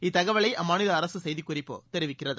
இந்த தகவலை அம்மாநில அரசு செய்தி குறிப்பு தெரிவிக்கிறது